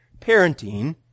parenting